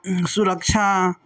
सुरक्षा